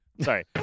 sorry